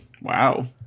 Wow